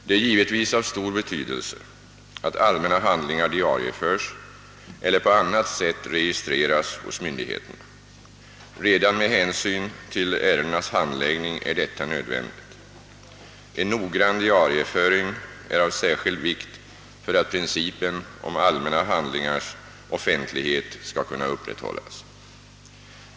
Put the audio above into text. Det är givetvis av stor betydelse att allmänna handlingar diarieförs eller på annat sätt registreras hos myndigheterna. Redan med hänsyn till ärendenas handläggning är detta nödvändigt. En noggrann diarieföring är av särskild vikt för att principen om allmänna handlingars offentlighet skall kunna upprätthållas.